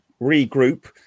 regroup